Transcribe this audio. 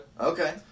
Okay